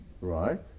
Right